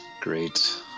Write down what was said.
great